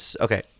Okay